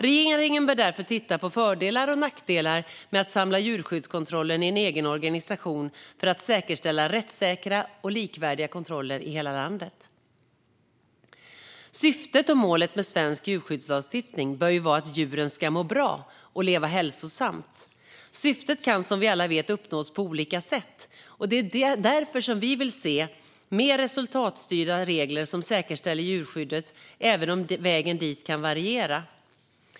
Regeringen bör därför titta på fördelar och nackdelar med att samla djurskyddskontrollen i en egen organisation för att säkerställa rättssäkra och likvärdiga kontroller i hela landet. Syftet och målet med svensk djurskyddslagstiftning bör vara att djuren ska må bra och leva hälsosamt. Syftet kan, som vi alla vet, uppnås på olika sätt. Det är därför som vi vill se mer resultatstyrda regler som säkerställer djurskyddet, även om vägen dit kan variera.